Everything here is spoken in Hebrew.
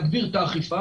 להגביר את האכיפה,